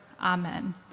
Amen